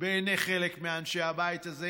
בעיני חלק מאנשי הבית הזה,